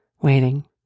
waiting